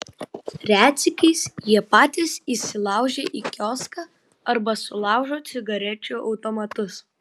retsykiais jie patys įsilaužia į kioską arba sulaužo cigarečių automatus